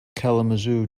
kalamazoo